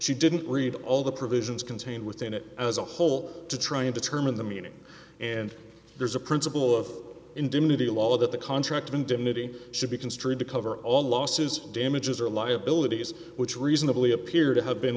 she didn't read all the provisions contained within it as a whole to try and determine the meaning and there's a principle of indemnity law that the contract of indemnity should be construed to cover all losses damages or liabilities which reasonably appear to have been